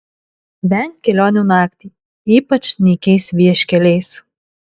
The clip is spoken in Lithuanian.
venk kelionių naktį ypač nykiais vieškeliais